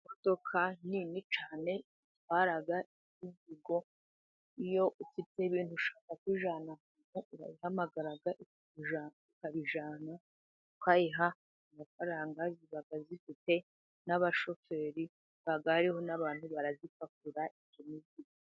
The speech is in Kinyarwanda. Imodoka nini cyane itwara imizigo, iyo ufite ibintu ushaka kujyana urayihamagara ikabijyana ukayiha amafaranga, ziba zifite n'abashoferi haba ariho n'abantu barayipakurura.